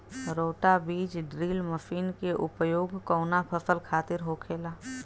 रोटा बिज drill machine के उपयोग कऊना फसल खातिर होखेला?